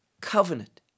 covenant